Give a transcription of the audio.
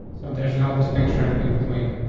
so there's no distinction in between them.